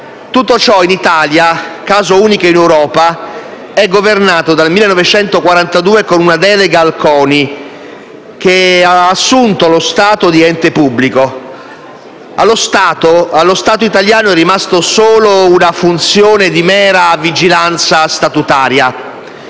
Tutto ciò, in Italia, caso unico in Europa, è governato dal 1942 con una delega al CONI che ha assunto lo stato di ente pubblico. Allo Stato italiano è rimasta solo una funzione di mera vigilanza statutaria.